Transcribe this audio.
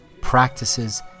practices